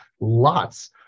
lots